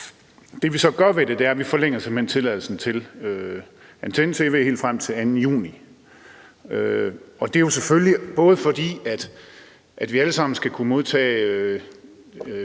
Det, vi så gør ved det, er, at vi simpelt hen forlænger tilladelsen til antenne-tv helt frem til den 2. juni. Det er jo selvfølgelig, fordi vi alle sammen skal kunne modtage